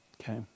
Okay